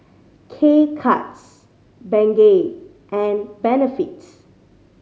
K Cuts Bengay and Benefit